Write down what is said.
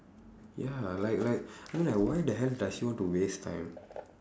ya like like I mean like why the hell does she want to waste time